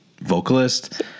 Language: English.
vocalist